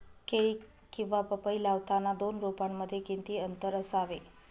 केळी किंवा पपई लावताना दोन रोपांमध्ये किती अंतर असावे?